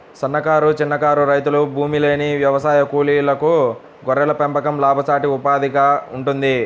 సన్నకారు, చిన్నకారు రైతులు, భూమిలేని వ్యవసాయ కూలీలకు గొర్రెల పెంపకం లాభసాటి ఉపాధిగా ఉంటుంది